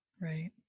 right